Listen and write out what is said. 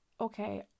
Okay